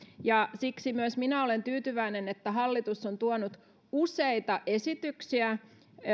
siksi myös minä olen tyytyväinen että hallitus on tuonut tämän tilanteen ratkaisemiseksi useita esityksiä